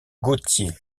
gautier